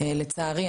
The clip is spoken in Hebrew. לצערי,